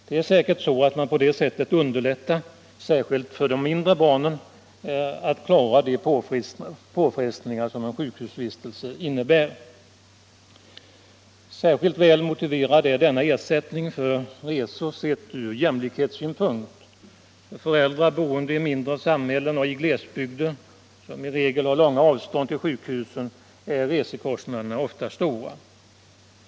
Det är säkert så att man därigenom underlättar — särskilt för de mindre barnen — att klara de påfrestningar som en sjukhusvistelse innebär. Särskilt väl motiverad är denna ersättning ur jämlikhetssynpunkt. För föräldrar boende i mindre samhällen och i glesbygder, där man i regel har långa avstånd till sjukhusen, är resekostnaderna ofta stora.